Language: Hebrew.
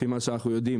לפי מה שאנחנו יודעים,